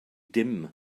dim